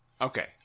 Okay